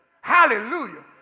hallelujah